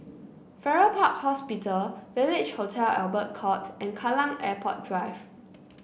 Farrer Park Hospital Village Hotel Albert Court and Kallang Airport Drive